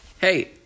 Hey